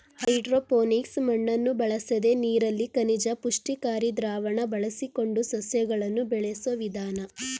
hydroponics ಮಣ್ಣನ್ನು ಬಳಸದೆ ನೀರಲ್ಲಿ ಖನಿಜ ಪುಷ್ಟಿಕಾರಿ ದ್ರಾವಣ ಬಳಸಿಕೊಂಡು ಸಸ್ಯಗಳನ್ನು ಬೆಳೆಸೋ ವಿಧಾನ